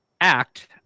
act